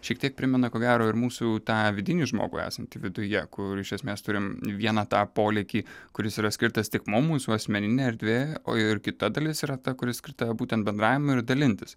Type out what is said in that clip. šiek tiek primena ko gero ir mūsų tą vidinį žmogų esantį viduje kur iš esmės turim vieną tą polėkį kuris yra skirtas tik mum mūsų asmeninė erdvė o ir kita dalis yra ta kuri skirta būtent bendravimui ir dalintis